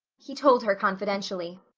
he told her confidentially.